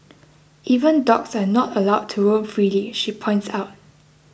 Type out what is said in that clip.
even dogs are not allowed to roam freely she points out